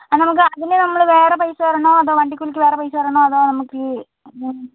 എന്നാൽ നമുക്ക് അതിന് നമ്മൾ വേറെ പൈസ തരണോ അതോ വണ്ടിക്കൂലിക്ക് നമ്മൾ വേറെ പൈസ തരണോ അതോ നമുക്ക്